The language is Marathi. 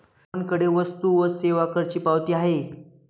मोहनकडे वस्तू व सेवा करची पावती आहे